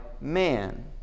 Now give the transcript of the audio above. man